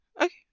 Okay